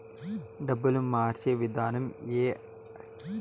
డబ్బులు మార్చే విధానం ఐ.ఎఫ్.ఎస్.సి, ఆర్.టి.జి.ఎస్ కు తేడా ఏమి?